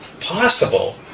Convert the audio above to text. possible